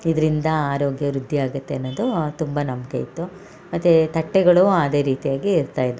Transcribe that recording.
ಇದರಿಂದ ಆರೋಗ್ಯ ವೃದ್ಧಿ ಆಗುತ್ತೆ ಅನ್ನದು ತುಂಬ ನಂಬಿಕೆ ಇತ್ತು ಮತ್ತು ತಟ್ಟೆಗಳು ಅದೇ ರೀತಿಯಾಗಿ ಇರ್ತಾಯಿದ್ವು